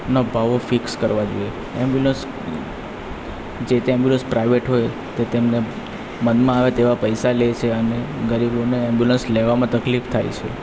ના ભાવો ફિક્સ કરવા જોઈએ ઍમ્બ્યુલન્સ જે તે ઍમ્બ્યુલન્સ પ્રાઇવેટ હોય તે તેમણે મનમાં આવે તેવા પૈસા લે છે અને ગરીબોને ઍમ્બ્યુલન્સ લેવામાં તકલીફ થાય છે